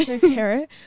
carrot